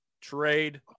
trade